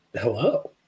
hello